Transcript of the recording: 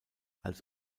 als